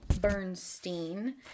Bernstein